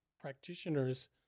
practitioners